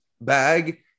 bag